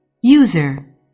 User